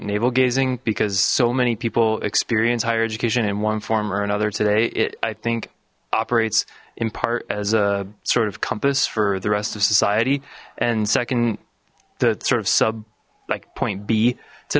navel gazing because so many people experience higher education in one form or another today it i think operates in part as a sort of compass for the rest of society and second the sort of sub like point b